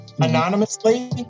Anonymously